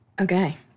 Okay